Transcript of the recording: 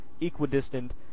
equidistant